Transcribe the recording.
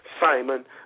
Simon